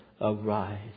Arise